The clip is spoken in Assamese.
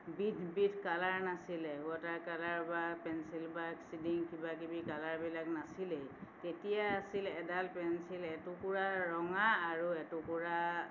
বিধ বিধ কালাৰ নাছিলে ৱাটাৰ কালাৰ বা পেঞ্চিল বা শ্বেডিং কিবাকিবি কালাৰবিলাক নাছিলেই তেতিয়া আছিল এডাল পেঞ্চিল এটুকুৰা ৰঙা আৰু এটুকুৰা